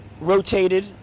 rotated